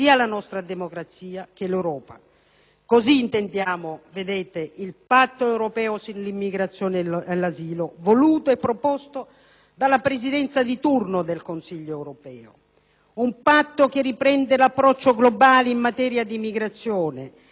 Così intendiamo il Patto europeo sull'immigrazione e l'asilo, voluto e proposto dalla Presidenza di turno del Consiglio europeo; un patto che riprende l'approccio globale in materia di migrazione, adottato nel dicembre 2005.